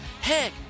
Heck